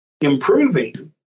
improving